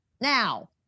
Now